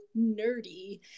nerdy